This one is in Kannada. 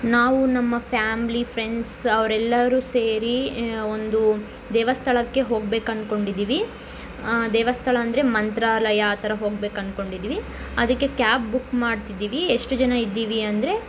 ನಾವು ನಮ್ಮ ಫ್ಯಾಮ್ಲಿ ಫ್ರೆಂಡ್ಸ್ ಅವರೆಲ್ಲರೂ ಸೇರಿ ಒಂದು ದೇವಸ್ಥಳಕ್ಕೆ ಹೋಗ್ಬೇಕು ಅನ್ಕೊಂಡಿದ್ದೀವಿ ದೇವಸ್ಥಳ ಅಂದರೆ ಮಂತ್ರಾಲಯ ಆ ಥರ ಹೋಗ್ಬೇಕು ಅನ್ಕೊಂಡಿದ್ದೀವಿ ಅದಕ್ಕೆ ಕ್ಯಾಬ್ ಬುಕ್ ಮಾಡ್ತಿದ್ದೀವಿ ಎಷ್ಟು ಜನ ಇದ್ದೀವಿ ಅಂದರೆ